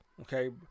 Okay